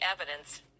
evidence